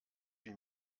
wie